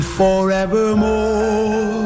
forevermore